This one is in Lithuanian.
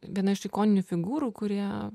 viena iš ikoninių figūrų kuri